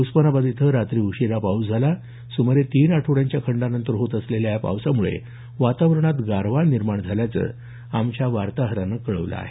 उस्मानाबाद इथं रात्री उशीरा पाऊस झाला सुमारे तीन आठवड्यांच्या खंडानंतर होत असलेल्या या पावसामुळे वातावरणात गारवा निर्माण झाल्याचं आमच्या वार्ताहरानं कळवलं आहे